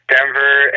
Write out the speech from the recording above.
Denver